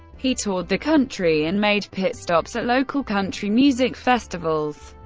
he toured the country and made pit stops at local country music festivals.